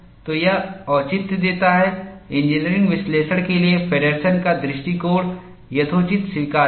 तो यह औचित्य देता है इंजीनियरिंग विश्लेषण के लिए फेडरसनFeddersen's का दृष्टिकोण यथोचित स्वीकार्य है